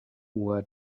uhr